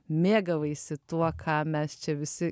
mėgavaisi tuo ką mes čia visi